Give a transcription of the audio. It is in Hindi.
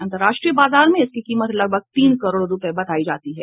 अन्तर्राष्ट्रीय बाजार में इसकी कीमत लगभग तीन करोड़ रूपये बतायी गयी है